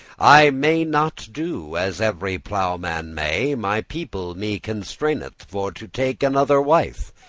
i may not do as every ploughman may my people me constraineth for to take another wife,